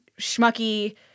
schmucky –